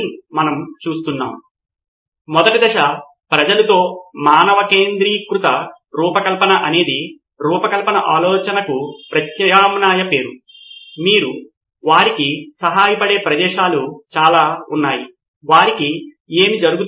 ఒకటి మనము ఒక సమస్యలోకి లోతుగా వెళ్లి మీ వినియోగదారుకు ఏమి అవసరమో చూసే కలయిక దశ మరియు తరువాతి దశలో మనము భిన్నమైన ఆలోచనను చేస్తాము అక్కడ ఏది సరిపోతుందో చూడటానికి మనము చాలా ఆలోచనలను ఉత్పత్తి చేస్తాము